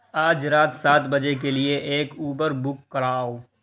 آج رات سات بجے کے لئے ایک اوبر بک کراؤ